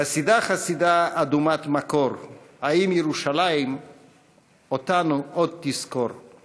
"חסידה חסידה אדומת מקור / האם ירושלים / אותנו עוד תזכור //